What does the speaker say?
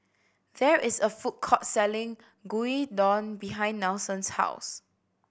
there is a food court selling Gyudon behind Nelson's house